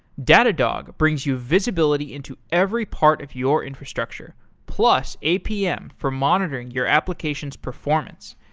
datadog brings you visibility into every part of your infrastructure, plus, apm for monitoring your application's performance.